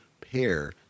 pair